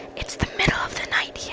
it's the middle of the night here,